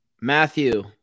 Matthew